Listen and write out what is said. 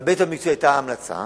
בהיבט המקצועי היתה המלצה,